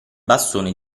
bastone